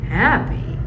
happy